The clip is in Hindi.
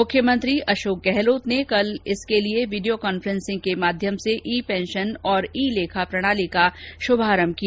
मुख्यमंत्री अशोक गहलोत ने कल वीडियो कॉन्फ्रेंसिंग के माध्यम से ई पेंशन और ई लेखा प्रणाली का शुभारंभ किया